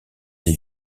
les